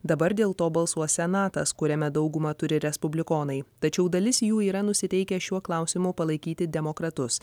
dabar dėl to balsuos senatas kuriame daugumą turi respublikonai tačiau dalis jų yra nusiteikę šiuo klausimu palaikyti demokratus